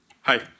Hi